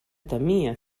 temia